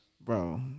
bro